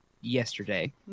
yesterday